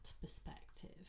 perspective